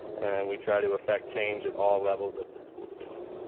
and we tried to affect change at all levels of the school division.